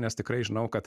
nes tikrai žinau kad